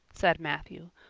said matthew,